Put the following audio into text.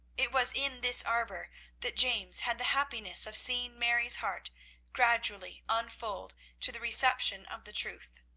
it was in this arbour that james had the happiness of seeing mary's heart gradually unfold to the reception of the truth.